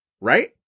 right